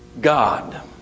God